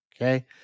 okay